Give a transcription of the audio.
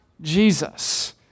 Jesus